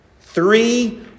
Three